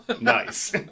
nice